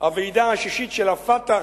הוועידה השישית של ה"פתח",